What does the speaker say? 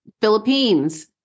Philippines